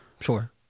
sure